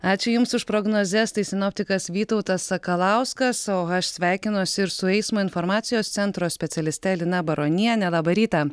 ačiū jums už prognozes tai sinoptikas vytautas sakalauskas o aš sveikinuosi ir su eismo informacijos centro specialiste lina baroniene labą rytą